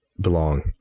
belong